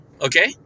Okay